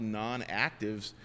non-actives